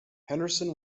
henderson